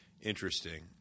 interesting